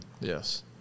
Yes